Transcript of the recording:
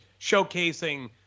showcasing